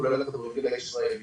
כולל הכדורגל הישראלי.